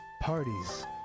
Parties